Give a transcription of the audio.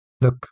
look